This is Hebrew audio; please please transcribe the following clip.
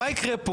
מה יקרה כאן?